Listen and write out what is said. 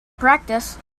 practice